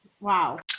Wow